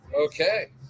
Okay